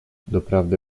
doprawdy